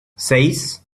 seis